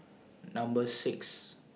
Number six